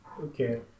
Okay